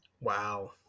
Wow